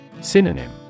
Synonym